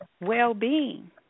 Well-being